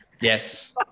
Yes